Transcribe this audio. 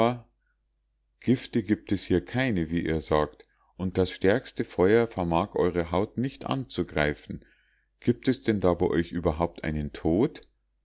gifte gibt es hier keine wie ihr sagt und das stärkste feuer vermag eure haut nicht anzugreifen gibt es denn da bei euch überhaupt einen tod